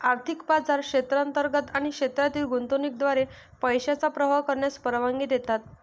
आर्थिक बाजार क्षेत्रांतर्गत आणि क्षेत्रातील गुंतवणुकीद्वारे पैशांचा प्रवाह करण्यास परवानगी देतात